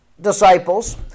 disciples